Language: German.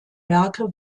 werke